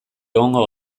egongo